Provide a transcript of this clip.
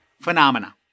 phenomena